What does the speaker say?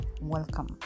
welcome